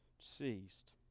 ceased